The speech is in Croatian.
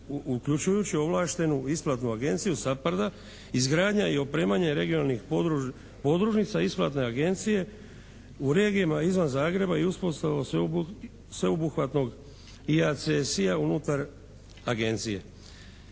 uključujući ovlaštenu isplatu agencije SAPHARD-a, izgradnja i opremanje regionalnih podružnica isplatne agencije u regijama izvan Zagreba i uspostava sveobuhvatnog …/Govornik se ne